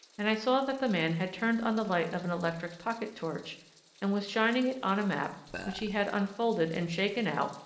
and i saw that the man had turned on the light of an electric pocket-torch and was shining it on a map which he had unfolded and shaken out,